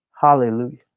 Hallelujah